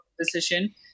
position